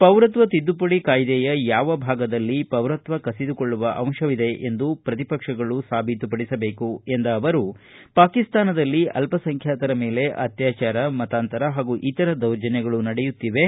ಪೌರತ್ವ ತಿದ್ದುಪಡಿ ಕಾಯ್ದೆಯ ಯಾವ ಭಾಗದಲ್ಲಿ ಪೌರತ್ವ ಕಸಿದುಕೊಳ್ಳುವ ಅಂಶವಿದೆ ಎಂದು ಪ್ರತಿಪಕ್ಷಗಳು ಸಾಬೀತುಪಡಿಸಬೇಕು ಎಂದ ಅವರು ಪಾಕಿಸ್ತಾನದಲ್ಲಿ ಅಲ್ಲಸಂಖ್ಯಾತರ ಮೇಲೆ ಅತ್ಯಾಚಾರ ಮತಾಂತರ ಹಾಗೂ ಇತರ ದೌರ್ಜನ್ಯಗಳು ನಡೆಯುತ್ತಿವೆ